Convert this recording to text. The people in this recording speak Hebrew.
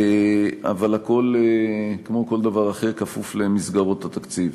אבל הכול, כמו כל דבר אחר, כפוף למסגרות התקציב.